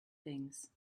things